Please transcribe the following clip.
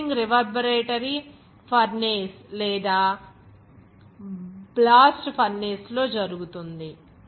roasting reverberatory furnace లో లేదా blast furnace లో జరుగుతుంది